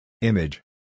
Image